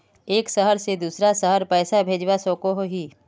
एक शहर से दूसरा शहर पैसा भेजवा सकोहो ही?